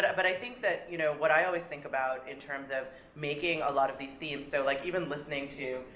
but i think that, you know, what i always think about, in terms of making a lot of these themes, so like even listening to,